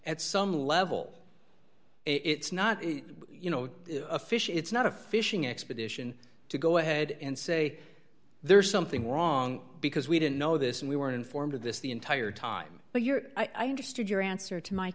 at some level it's not a you know a fish it's not a fishing expedition to go ahead and say there's something wrong because we didn't know this and we weren't informed of this the entire time but your i understood your answer to my